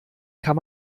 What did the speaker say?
kann